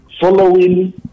following